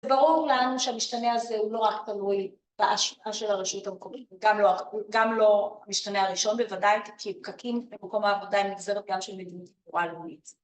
ברור לנו שהמשתנה הזה הוא לא רק תלוי בהשפעה של הרשות המקומית גם לא המשתנה הראשון, בוודאי כי פקקים במקום העבודה היא נגזרת גם של מדינות תחבורה לאומית